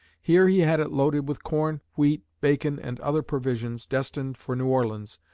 here he had it loaded with corn, wheat, bacon, and other provisions destined for new orleans,